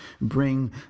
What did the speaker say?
bring